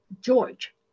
George